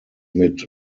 mit